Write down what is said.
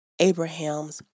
Abraham's